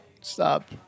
stop